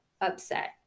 upset